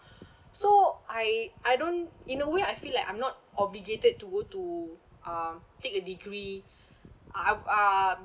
so I I don't in a way I feel like I'm not obligated to go to uh take a degree uh I um